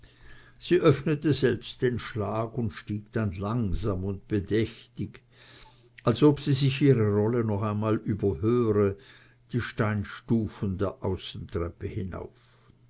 sie öffnete selbst den schlag und stieg dann langsam und bedächtig als ob sie sich ihre rolle noch einmal überhöre die steinstufen der außentreppe hinauf